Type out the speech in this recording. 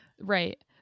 Right